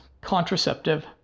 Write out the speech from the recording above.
contraceptive